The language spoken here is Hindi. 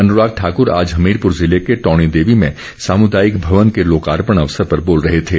अनुराग ठाकुर आज हमीरपुर जिले के टौणी देवी में सामुदायिक भवन के लोकार्पण अवसर पर बोल रहे थे